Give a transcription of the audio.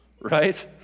Right